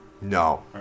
No